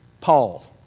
Paul